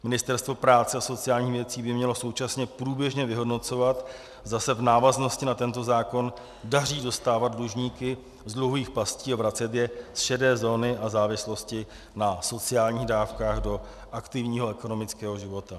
Ministerstvo práce a sociálních věcí by mělo současně průběžně vyhodnocovat, zda se v návaznosti na tento zákon daří dostávat dlužníky z dluhových pastí a vracet je z šedé zóny a závislosti na sociálních dávkách do aktivního a ekonomického života.